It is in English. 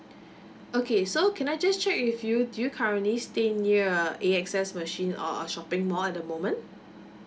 okay so can I just check with you do you currently stay near a A_X_S machine or a shopping mall at the moment